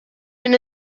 when